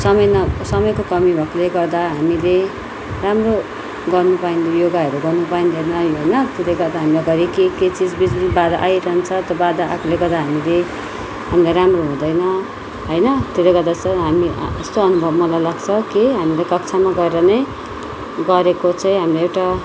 समय न समयको कमी भएकोले गर्दा हामीले राम्रो गर्न पाइँ योगाहेरू गर्न पाइँदैन होइन त्यसले गर्दा हामी घरी के के चिज बाधा आइरहन्छ त्यो बाधाले गर्दा हामीले हामीलाई राम्रो हुँदैन होइन त्यसले गर्दा चाहिँ हामी यस्तो अनुभव मलाई लाग्छ कि हामीले कक्षामा गएर नै गरेको चाहिँ हामीले एउटा